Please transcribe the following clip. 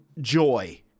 joy